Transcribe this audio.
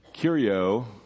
Curio